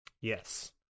Yes